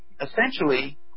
essentially